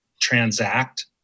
transact